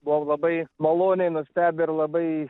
buvom labai maloniai nustebę ir labai